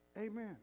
Amen